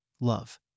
love